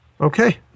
Okay